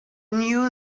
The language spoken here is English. knew